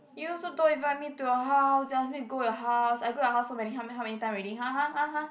you also don't invite me to your house you ask me go your house I go your house so many how many how many time already !huh! !huh! !huh! !huh!